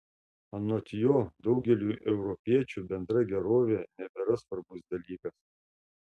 anot jo daugeliui europiečių bendra gerovė nebėra svarbus dalykas